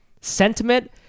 sentiment